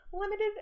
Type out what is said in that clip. Limited